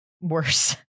Worse